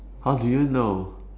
how do you know